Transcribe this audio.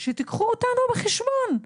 שתיקחו אותנו בחשבון.